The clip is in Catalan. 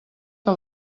que